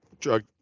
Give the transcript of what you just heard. drug